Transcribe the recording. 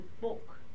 book